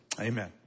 Amen